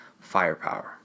Firepower